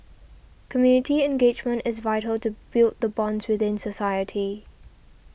community engagement is vital to build the bonds within society